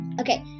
Okay